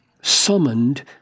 summoned